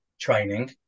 training